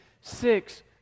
six